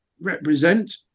represent